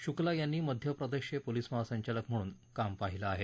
शुक्ला यांनी मध्यप्रदेशचे पोलीस महासंचालक म्हणून काम पाहिलं आहे